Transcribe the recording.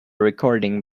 recording